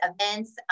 events